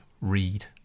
read